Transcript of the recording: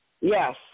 Yes